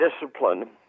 discipline